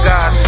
God